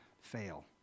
fail